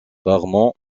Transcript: rarement